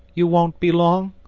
you won't be long?